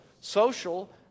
social